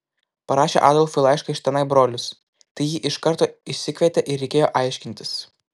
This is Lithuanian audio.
parašė adolfui laišką iš tenai brolis tai jį iš karto išsikvietė ir reikėjo aiškintis